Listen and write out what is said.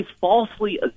falsely